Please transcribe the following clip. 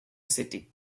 city